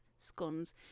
scones